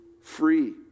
free